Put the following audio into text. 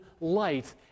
light